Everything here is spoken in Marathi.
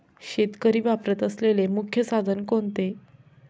शेतकरी वापरत असलेले मुख्य साधन कोणते?